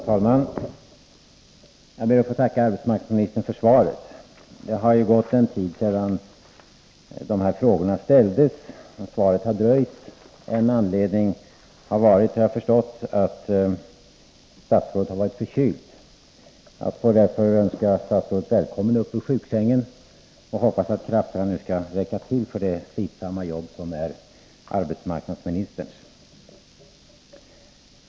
Herr talman! Jag ber att få tacka arbetsmarknadsministern för svaret. Det har gått en tid sedan de här frågorna ställdes. Svaret har dröjt. En anledning har jag förstått vara att statsrådet har varit förkyld. Jag får därför önska statsrådet välkommen upp ur sjuksängen, och jag hoppas att krafterna nu skall räcka till för det slitsamma jobb som är arbetsmarknadsministerns.